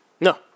No